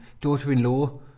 Daughter-in-law